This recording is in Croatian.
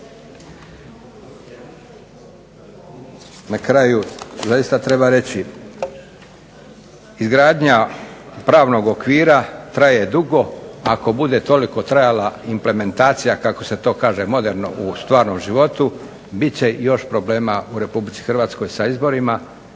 Na kraju zaista treba reći izgradnja pravnog okvira traje dugo. Ako bude toliko trajala implementacija kako se to kaže modernog u stvarnom životu bit će još problema u Republici Hrvatskoj sa izborima,